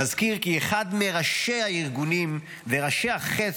נזכיר כי אחד מראשי הארגונים וראשי החץ